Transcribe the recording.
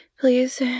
please